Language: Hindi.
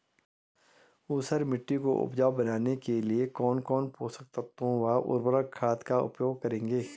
ऊसर मिट्टी को उपजाऊ बनाने के लिए कौन कौन पोषक तत्वों व उर्वरक खाद का उपयोग करेंगे?